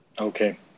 Okay